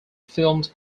filmed